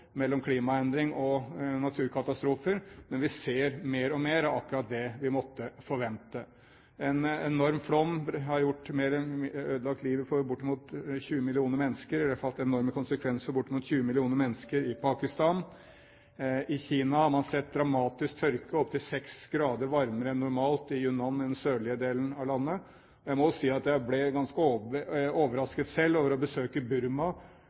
mellom klimaendringer og naturkatastrofer, men vi ser mer og mer av akkurat det vi måtte forvente. En enorm flom har ødelagt livet til og fått enorme konsekvenser for bortimot 20 millioner mennesker i Pakistan. I Kina har man sett dramatisk tørke – opp til 6 grader varmere enn normalt i Yunnan i den sørlige delen av landet. Jeg må si at jeg ble ganske overrasket selv over å besøke Burma